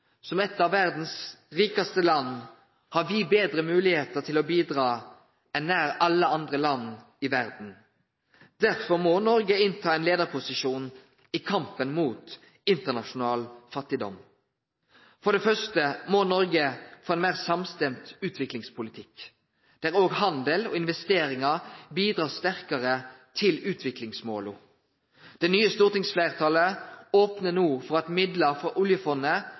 Som eit av verdas rikaste land har vi betre moglegheiter til å bidra enn nesten alle andre land i verda. Derfor må Noreg innta ein leiarposisjon i kampen mot internasjonal fattigdom. For det første må Noreg få ein mer samstemt utviklingspolitikk, der òg handel og investeringar bidreg sterkare til utviklingsmåla. Det nye stortingsfleirtalet opnar no for at midlar frå Oljefondet